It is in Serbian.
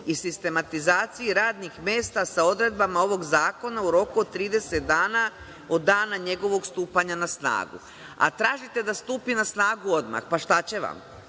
i sistematizaciji radnih mesta sa odredbama ovog zakona u roku od 30 dana od dana njegovog stupanja na snagu, a tražite da stupi na snagu odmah. Šta će vam?